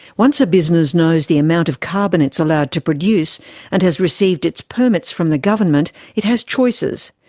once a business knows the amount of carbon it's allowed to produce and has received its permits from the government, it has choices.